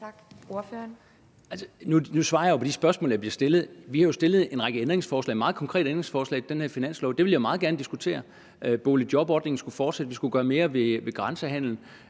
Nu svarer jeg jo på de spørgsmål, jeg bliver stillet. Vi har jo stillet en række meget konkrete ændringsforslag til den her finanslov, og dem vil jeg meget gerne diskutere: Boligjobordningen skulle fortsætte, vi skulle gøre mere ved grænsehandelen